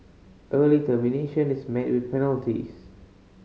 early termination is met with penalties